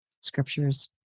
scriptures